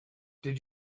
did